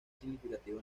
significativo